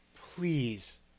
please